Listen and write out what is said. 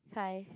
five